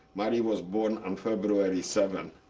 marie was born on february seven.